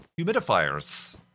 humidifiers